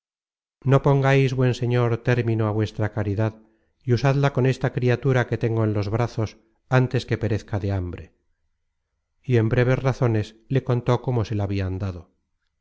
no pongais buen señor término á vuestra caridad y usadla con esta criatura que tengo en los brazos antes que perezca de hambre y en breves razones le contó cómo se la habian dado